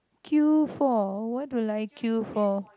queue for what would I queue for